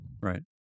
Right